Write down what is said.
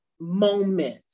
moment